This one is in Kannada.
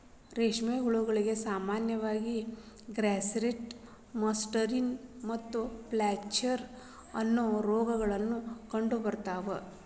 ರೇಷ್ಮೆ ಹುಳಗಳಿಗೆ ಸಾಮಾನ್ಯವಾಗಿ ಗ್ರಾಸ್ಸೆರಿ, ಮಸ್ಕಡಿನ್ ಮತ್ತು ಫ್ಲಾಚೆರಿ, ಅನ್ನೋ ರೋಗಗಳು ಕಂಡುಬರ್ತಾವ